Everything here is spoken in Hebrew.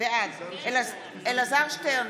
בעד אלעזר שטרן,